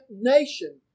nation